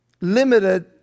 limited